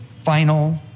final